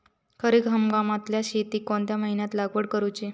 खरीप हंगामातल्या शेतीक कोणत्या महिन्यात लागवड करूची?